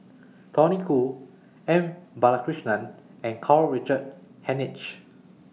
Tony Khoo M Balakrishnan and Karl Richard Hanitsch